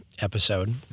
episode